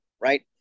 right